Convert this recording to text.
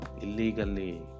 illegally